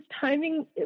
timing